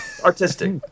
artistic